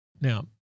Now